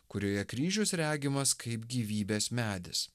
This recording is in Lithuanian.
kurioje kryžius regimas kaip gyvybės medis